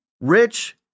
rich